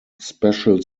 special